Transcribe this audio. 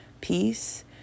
peace